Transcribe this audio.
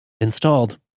installed